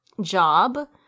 job